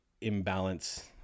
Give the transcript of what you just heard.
imbalance